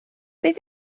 beth